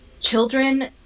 children